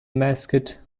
mascot